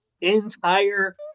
entire